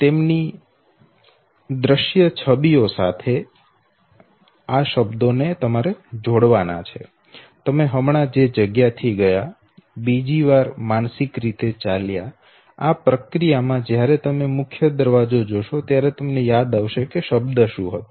તેમની દ્રશ્ય છબીઓ સાથે તેની સાથે બધા શબ્દો જોડવાના છે તમે હમણાં જે જગ્યા થી ગયા બીજી વાર માનસિક રીતે ચાલ્યા આ પ્રક્રિયામાં જ્યારે તમે મુખ્ય દરવાજો જોશો ત્યારે તમને યાદ આવશે કે શબ્દ શું હતો